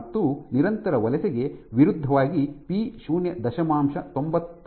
2 ಮತ್ತು ನಿರಂತರ ವಲಸೆಗೆ ವಿರುದ್ಧವಾಗಿ ಪಿ ಶೂನ್ಯ ದಶಮಾಂಶ ತೊಂಬತ್ತೈದು 0